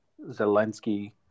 Zelensky